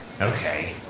Okay